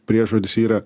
priežodis yra